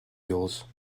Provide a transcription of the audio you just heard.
yours